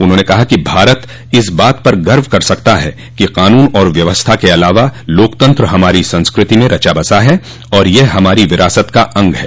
उन्होंने कहा कि भारत इस बात पर गर्व कर सकता है कि कानून और व्यवस्था के अलावा लोकतंत्र हमारी संस्कृति में रचा बसा है और यह हमारी विरासत का अंग है